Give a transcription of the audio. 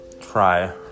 try